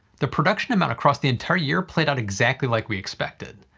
the production amount across the entire year played out exactly like we expected.